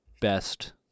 best